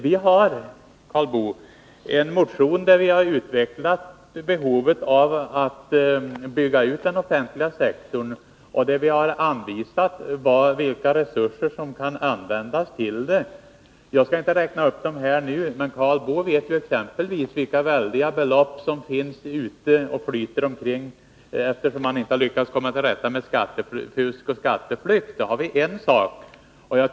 Vi har, Karl Boo, i en motion utvecklat behovet av att bygga ut den offentliga sektorn. I den motionen har vi också anvisat vilka resurser som kan användas härför. Jag skall inte räkna upp dem nu, men Karl Boo vet exempelvis vilka väldiga belopp som flyter omkring på grund av att man inte har lyckats komma till rätta med skattefusk och skatteflykt.